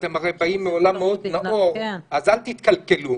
ואתם הרי באים מעולם מאוד נאור אז אל תתקלקלו.